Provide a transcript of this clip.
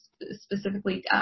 specifically